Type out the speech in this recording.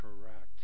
correct